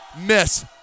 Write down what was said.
miss